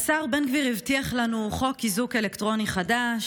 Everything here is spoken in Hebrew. השר בן גביר הבטיח לנו חוק איזוק אלקטרוני חדש.